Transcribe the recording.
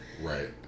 Right